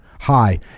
Hi